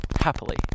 Happily